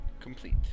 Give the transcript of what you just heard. Complete